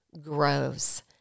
grows